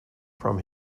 from